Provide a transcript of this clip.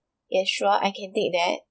yeah sure I can take that